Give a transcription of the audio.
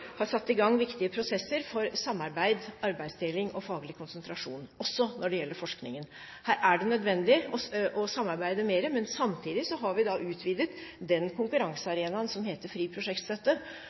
har satt i gang viktige prosesser for samarbeid, arbeidsdeling og faglig konsentrasjon, også når det gjelder forskningen. Her er det nødvendig å samarbeide mer. Samtidig har vi utvidet den konkurransearenaen som heter Fri prosjektstøtte,